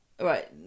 Right